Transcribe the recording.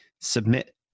submit